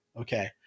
Okay